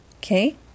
okay